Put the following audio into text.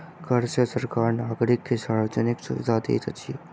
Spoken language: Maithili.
कर सॅ सरकार नागरिक के सार्वजानिक सुविधा दैत अछि